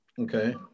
okay